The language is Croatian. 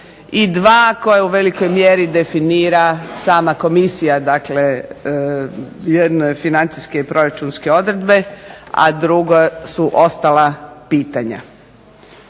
i dva koja u velikoj mjeri definira sama Komisija dakle jedno je financijske i proračunske odredbe a drugo su ostala pitanja.